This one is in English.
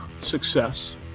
success